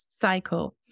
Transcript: cycle